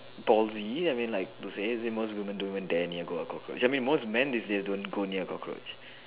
dozy I mean like to say most woman don't even dare near go a cockroach I mean most man is they don't go near a cockroach